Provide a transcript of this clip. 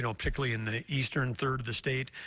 you know particularly in the eastern third of the state,